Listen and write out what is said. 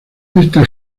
esta